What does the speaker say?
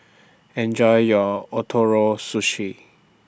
Enjoy your Ootoro Sushi